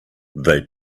they